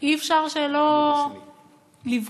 אי-אפשר שלא לבכות.